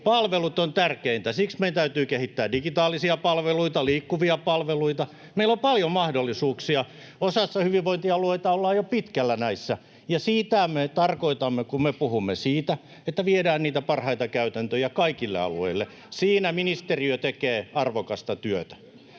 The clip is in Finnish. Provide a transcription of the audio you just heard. Palvelut ovat tärkeintä. Siksi meidän täytyy kehittää digitaalisia palveluita, liikkuvia palveluita. Meillä on paljon mahdollisuuksia. Osassa hyvinvointialueita ollaan jo pitkällä näissä, ja sitä me tarkoitamme, kun me puhumme siitä, että viedään niitä parhaita käytäntöjä kaikille alueille. Siinä ministeriö tekee arvokasta työtä.